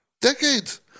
Decades